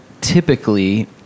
typically